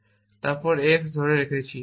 তারপর x ধরে রেখেছি